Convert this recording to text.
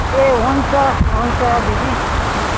ए हुन्छ हुन्छ दिदी आउनु होस्